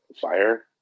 fire